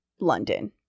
London